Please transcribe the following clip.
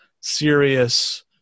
serious